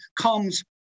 comes